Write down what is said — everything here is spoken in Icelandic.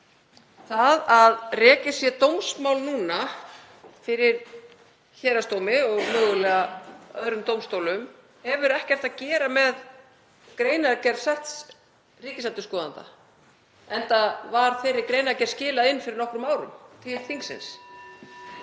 nú sé rekið dómsmál fyrir héraðsdómi og mögulega öðrum dómstólum hefur ekkert að gera með greinargerð setts ríkisendurskoðanda enda var þeirri greinargerð skilað inn fyrir nokkrum árum til þingsins.